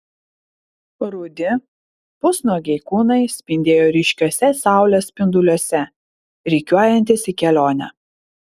rudi pusnuogiai kūnai spindėjo ryškiuose saulės spinduliuose rikiuojantis į kelionę